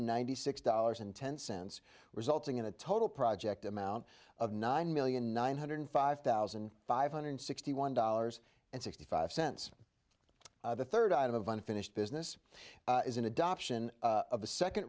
ninety six dollars and ten cents resulting in a total project amount of nine million nine hundred five thousand five hundred sixty one dollars and sixty five cents the third item of unfinished business is an adoption of a second